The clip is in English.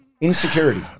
Insecurity